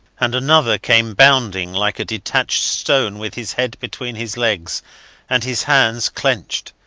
and another came bounding like a detached stone with his head between his legs and his hands clenched.